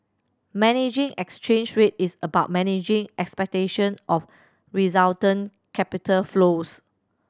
managing exchange rate is about managing expectation of resultant capital flows